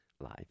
life